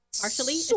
Partially